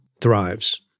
thrives